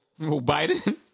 Biden